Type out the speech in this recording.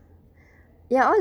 ya all